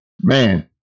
Man